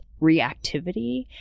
reactivity